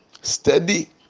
steady